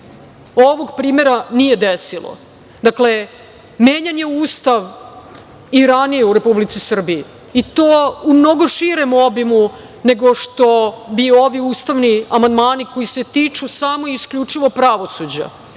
ovog primera nije desilo. Dakle, menjan je Ustav i ranije u Republici Srbiji, i to u mnogo širem obimu nego što bi ovi ustavni amandmani koji se tiču samo i isključivo pravosuđa,